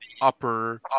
upper